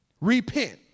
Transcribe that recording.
Repent